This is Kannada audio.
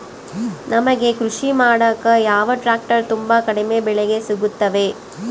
ನಮಗೆ ಕೃಷಿ ಮಾಡಾಕ ಯಾವ ಟ್ರ್ಯಾಕ್ಟರ್ ತುಂಬಾ ಕಡಿಮೆ ಬೆಲೆಗೆ ಸಿಗುತ್ತವೆ?